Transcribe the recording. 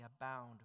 abound